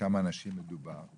בכמה אנשים מדובר